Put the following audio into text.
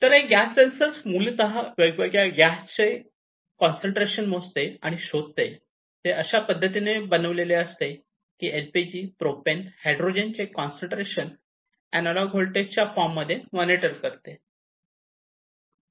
हे gas sensor मूलतः वेगवेगळ्या गॅसचे कॉन्सन्ट्रेशन मोजते आणि शोधते आणि हे अशा पद्धतीने बनविलेले असते की ते LPG प्रोपेन आणि हायड्रोजन चे कॉन्सन्ट्रेशन अँनालाँग होल्टेज च्या फॉर्ममध्ये मॉनिटर करते